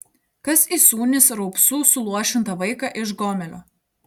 kas įsūnys raupsų suluošintą vaiką iš gomelio